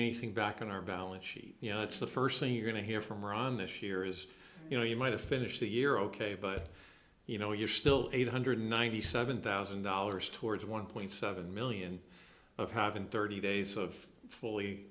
anything back on our balance sheet you know it's the first thing you're going to hear from ron this year is you know you might have finished the year ok but you know you're still eight hundred ninety seven thousand dollars towards one point seven million of having thirty days of fully